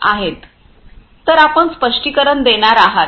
तर आपण स्पष्टीकरण देणार आहात